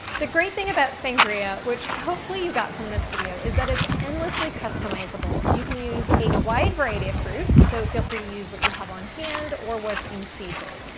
the great thing about sangria, which hopefully you got from this video, is that it's endlessly customizable. you can use a wide variety of fruit, so feel free to use what you have on hand, or what's in season.